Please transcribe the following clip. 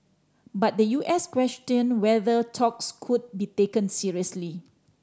but the U S questioned whether talks could be taken seriously